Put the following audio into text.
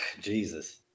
Jesus